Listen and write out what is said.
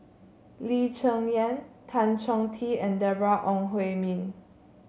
Lee Cheng Yan Tan Chong Tee and Deborah Ong Hui Min